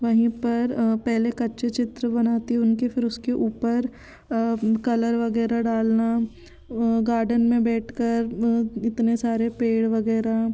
वहीं पर पहले कच्चे चित्र बनाती हूँ उनके फिर उसके ऊपर कलर वग़ैरह डालना गार्डन में बैठ कर इतने सारे पेड़ वग़ैरह